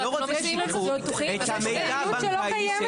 אני לא רוצה שישתפו את המידע הבנקאי שלי.